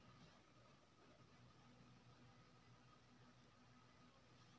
किसान फसल केँ कोठी या बोरा मे गहुम चाउर केँ भंडारण करै छै